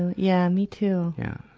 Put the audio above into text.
yeah. me, too. yeah.